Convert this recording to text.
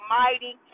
mighty